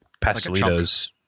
Pastelitos